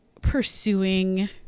pursuing